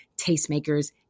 tastemakers